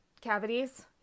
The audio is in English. cavities